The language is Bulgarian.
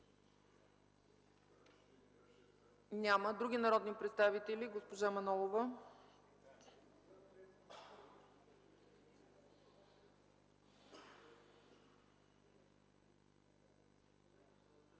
Няма. Други народни представители? Госпожа Мая Манолова.